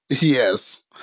Yes